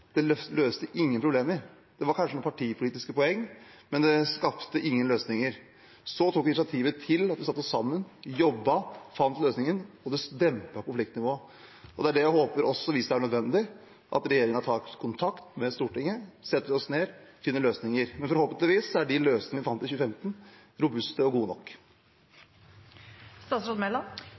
løste ingen problemer. Det var kanskje noen partipolitiske poeng, men det skapte ingen løsninger. Så tok vi initiativet til at vi satte oss sammen, jobbet og fant løsninger, og det dempet konfliktnivået. Det er det jeg håper også, hvis det er nødvendig, at regjeringen tar kontakt med Stortinget, og at vi setter oss ned og finner løsninger. Men forhåpentligvis er de løsningene vi fant i 2015, robuste og gode